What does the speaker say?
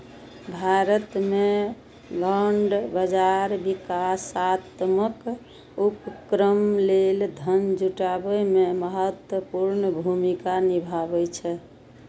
भारत मे बांड बाजार विकासात्मक उपक्रम लेल धन जुटाबै मे महत्वपूर्ण भूमिका निभाबै छै